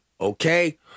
okay